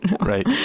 Right